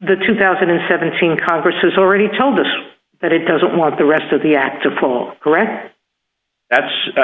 the two thousand and seventeen congress has already told us that it doesn't want the rest of the act to pull correct that's